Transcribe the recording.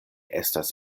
estas